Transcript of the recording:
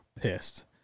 pissed